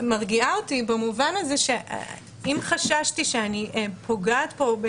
מרגיעה אותי במובן הזה שאם חששתי שאני פוגעת פה,